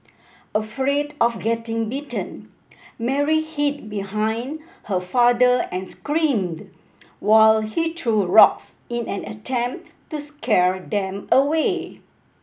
afraid of getting bitten Mary hid behind her father and screamed while he threw rocks in an attempt to scare them away